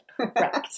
correct